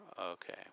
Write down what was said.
Okay